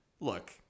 Look